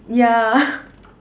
yeah